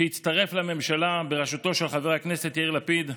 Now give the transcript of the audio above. שיצטרף לממשלה בראשותו של חבר הכנסת יאיר לפיד.